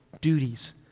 duties